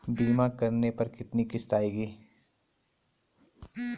बीमा करने पर कितनी किश्त आएगी?